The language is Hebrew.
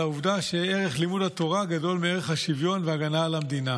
על העובדה שערך לימוד התורה גדול מערך השוויון וההגנה על המדינה.